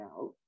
out